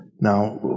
Now